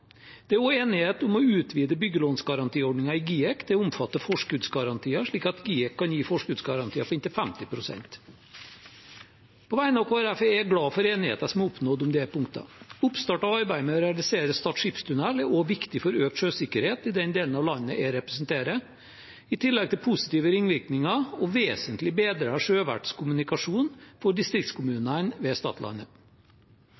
Det er også enighet om å utvide byggelånsgarantiordningen i GIEK til å omfatte forskuddsgarantier, slik at GIEK kan gi forskuddsgarantier på inntil 50 pst. På vegne av Kristelig Folkeparti er jeg glad for enigheten som er oppnådd om disse punktene. Oppstart av arbeidet med å realisere Stad skipstunnel er også viktig for økt sjøsikkerhet i den delen av landet jeg representerer, i tillegg til at det vil gi positive ringvirkninger og vesentlig bedret sjøverts kommunikasjon for